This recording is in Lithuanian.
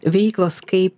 veiklos kaip